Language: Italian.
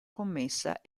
commessa